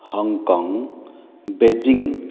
Hong Kong Beijing